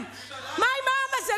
מה עם העם הזה?